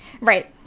Right